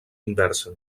inversa